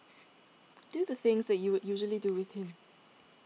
do the things that you would usually do with him